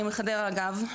אני מחדרה אגב,